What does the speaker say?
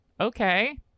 Okay